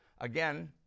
again